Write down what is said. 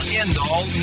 end-all